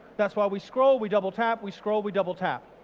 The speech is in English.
that's why we scroll, we double tap, we scroll, we double tap.